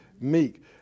Meek